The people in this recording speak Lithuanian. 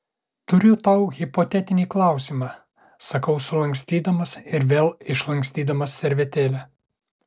turiu tau hipotetinį klausimą sakau sulankstydamas ir vėl išlankstydamas servetėlę